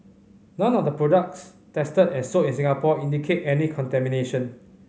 none of the products tested and sold in Singapore indicate any contamination